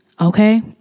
okay